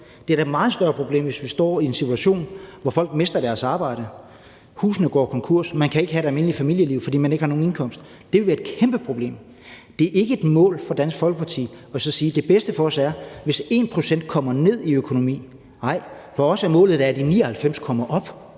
Det er da et meget større problem, hvis vi står i en situation, hvor folk mister deres arbejde, man går konkurs; folk kan ikke have et almindeligt familieliv, fordi de ikke har nogen indkomst. Det ville være et kæmpe problem. Det er ikke et mål for Dansk Folkeparti, at 1 pct. kommer ned i økonomi; det tror vi ikke er det bedste for os. Nej, for os er målet da, at de 99 pct. kommer op